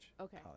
Okay